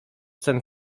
sen